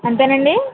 అంతేనండి